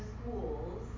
schools